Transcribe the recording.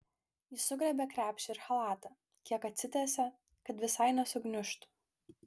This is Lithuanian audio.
ji sugriebia krepšį ir chalatą kiek atsitiesia kad visai nesugniužtų